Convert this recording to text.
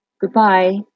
Goodbye